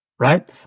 Right